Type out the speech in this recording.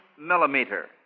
millimeter